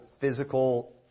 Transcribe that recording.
physical